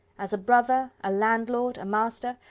as a brother, a landlord, a master,